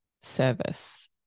service